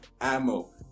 ammo